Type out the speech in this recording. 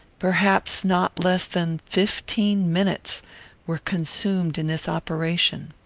perhaps not less than fifteen minutes were consumed in this operation.